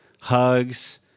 hugs